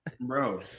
Bro